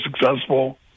successful